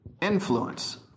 influence